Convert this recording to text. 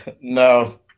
no